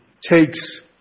takes